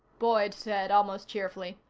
boyd said almost cheerfully.